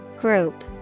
Group